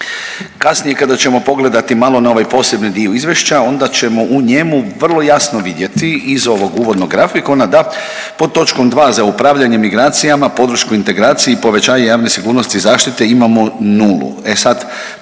Kasnije kada ćemo pogledati malo na ovaj posebni dio izvješća onda ćemo u njemu vrlo jasno vidjeti iz ovog uvodnog grafikona da pod točkom 2. za upravljanje migracijama, podršku integraciji i povećanje javne sigurnosti i zaštite imamo nulu.